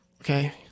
Okay